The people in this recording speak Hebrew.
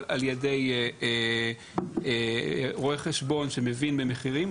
אבל על ידי רואה חשבון שמבין במחירים.